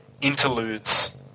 interludes